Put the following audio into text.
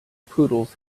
poodles